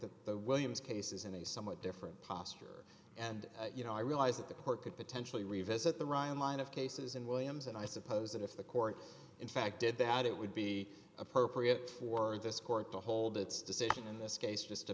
that the williams case is in a somewhat different posture and you know i realize that the court could potentially revisit the ryan line of cases in williams and i suppose if the court in fact did that it would be appropriate for this court to hold its decision in this case just to